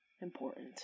important